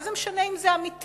מה זה משנה אם זה אמיתי?